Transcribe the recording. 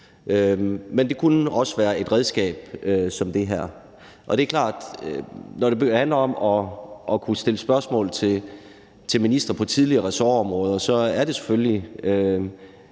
men det kunne også være et redskab som det her. Det er selvfølgelig klart, at det, når det handler om at kunne stille spørgsmål til ministre på tidligere ressortområder, så er et område,